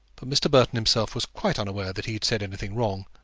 but mr. burton himself was quite unaware that he had said anything wrong,